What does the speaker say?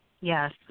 Yes